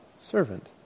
servant